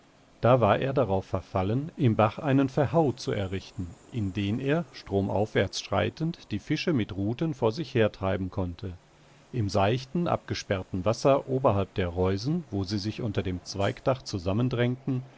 da war er darauf verfallen im bach einen verhau zu errichten in den er stromaufwärts schreitend die fische mit ruten vor sich hertreiben konnte im seichten abgesperrten wasser oberhalb der reusen wo sie sich unter dem zweigdach zusammendrängten